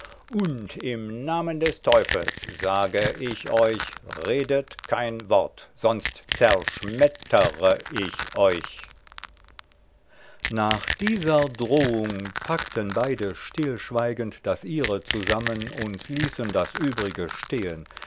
und im namen des teufels sage ich euch redet kein wort sonst zerschmettere ich euch nach dieser drohung packten beide still schweigend das ihre zusammen und ließen das übrige stehen